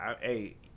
hey